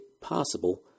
possible